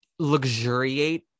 Luxuriate